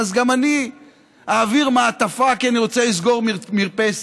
אז גם אני אעביר מעטפה כי אני רוצה לסגור מרפסת.